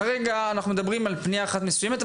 כרגע אנחנו מדברים על פניה אחת מסוימת,